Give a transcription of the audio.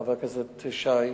חבר הכנסת שי,